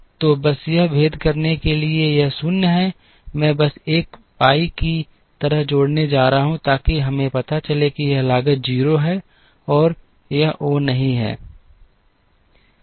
तो बस यह भेद करने के लिए कि यह 0 है मैं बस एक phi की तरह जोड़ने जा रहा हूं ताकि हमें पता चले कि यह लागत 0 है और यह O नहीं है